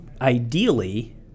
Ideally